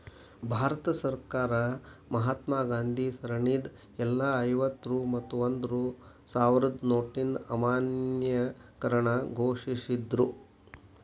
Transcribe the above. ಭಾರತ ಸರ್ಕಾರ ಮಹಾತ್ಮಾ ಗಾಂಧಿ ಸರಣಿದ್ ಎಲ್ಲಾ ಐವತ್ತ ರೂ ಮತ್ತ ಒಂದ್ ರೂ ಸಾವ್ರದ್ ನೋಟಿನ್ ಅಮಾನ್ಯೇಕರಣ ಘೋಷಿಸಿದ್ರು